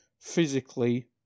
physically